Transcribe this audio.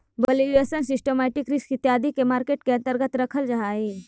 valuation, systematic risk इत्यादि के market के अंतर्गत रखल जा हई